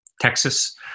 Texas